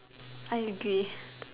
I agree